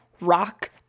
rock